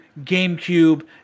GameCube